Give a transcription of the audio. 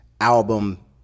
album